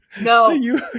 No